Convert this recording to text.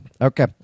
Okay